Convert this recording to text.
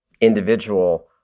individual